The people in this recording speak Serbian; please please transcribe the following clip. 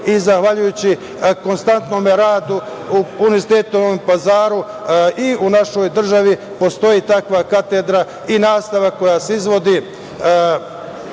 i zahvaljujući konstantnom radu Univerziteta u Novom Pazaru i u našoj državi postoji takva katedra i nastava koja se izvodi